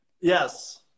Yes